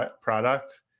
product